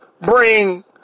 bring